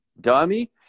Dummy